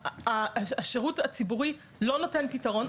השירות הציבורי לא נותן פיתרון.